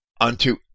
unto